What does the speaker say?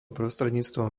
prostredníctvom